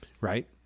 right